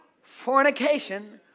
Fornication